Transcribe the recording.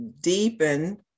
deepen